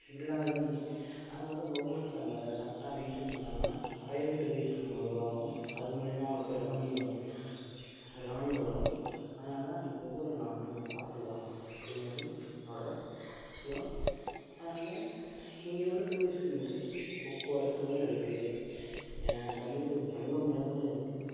எல்லோருமே அங்கே உள்ள கவர்மெண்ட்ஸ் அங்கே அதை கரெக்டாக மெயின்டெயின் பண்ணாங்கன்னா நிறையவே டூரிஸ்ட் இங்கே உருவாகும் அது மூலிமா அவங்களுக்கு ரெவன்யூ ரெவன்யூ வரும் அதனால் அந்த ஊர் நம்மளும் கொஞ்சம் பார்த்துக்கலாம் அப்படிங்கறது என்னோடய விஷயம் அதனால் இங்கே உள்ள டூரிஸ்ட்டுங்களுக்கு போக்குவரத்துமே இருக்குது தங்குகிறதுக்கு தங்கும் இடங்களும் இருக்குது